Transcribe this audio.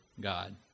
God